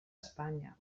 espanya